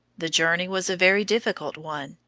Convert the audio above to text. the journey was a very difficult one,